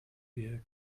wir